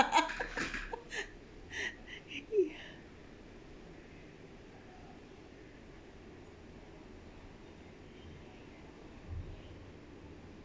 ya